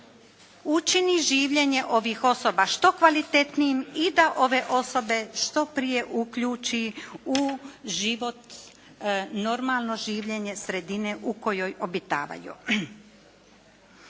učini življenje ovih osoba što kvalitetnijim i da ove osobe što prije uključi u život, normalno življenje sredine u kojoj obitavaju.